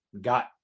got